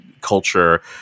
culture